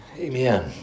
Amen